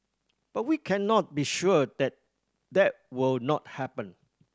but we cannot be sure that that will not happen